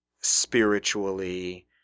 spiritually